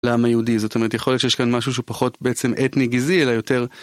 לעם היהודי, זאת אומרת, יכול להיות שיש כאן משהו שהוא פחות בעצם אתני גזעי, אלא יותר...